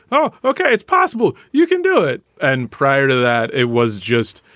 oh, okay. it's possible you can do it. and prior to that, it was just,